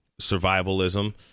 survivalism